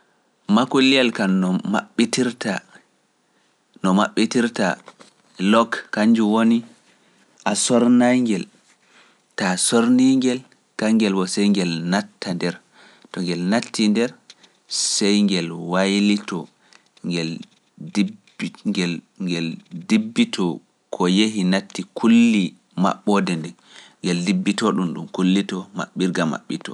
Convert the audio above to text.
Makuliyel kan no maɓɓitirta No maɓɓitirta Lok kan nju woni a sorna ngel Ta sorni ngel kan ngel wo sey ngel natta nder To ngel natti nder sey ngel waylito Ngel dibbitoo ko yehi natti kulli maɓɓoode nde Ngel dibbitoo ɗum ɗum kullito maɓɓirga maɓɓito